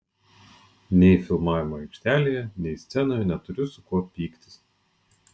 nei filmavimo aikštelėje nei scenoje neturiu su kuo pyktis